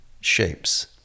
shapes